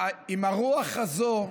עם הרוח הזו,